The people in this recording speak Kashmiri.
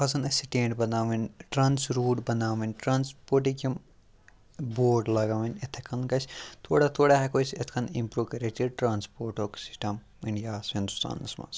پَزَن اَسہِ سٕٹینٛڈ بَناوٕنۍ ٹرٛانَس روٗٹ بَناوٕنۍ ٹرٛانٕسپوٹٕکۍ یِم بوڑ لَگاوٕنۍ یِتھَے کٔنۍ گژھِ تھوڑا تھوڑا ہٮ۪کو أسۍ اِتھ کٔنۍ اِمپرٛوٗ کٔرِتھ یہِ ٹرٛانَسپوٹُک سِسٹَم اِنڈیاہَس ہِندوستانَس منٛز